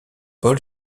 pol